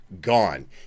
gone